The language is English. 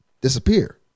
disappear